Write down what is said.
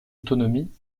autonomie